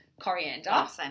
coriander